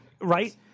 Right